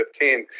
15%